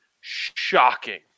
shocking